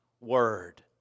word